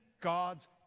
God's